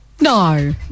No